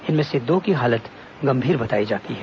इनमें से दो की हालत गंभीर बताई गई है